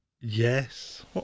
Yes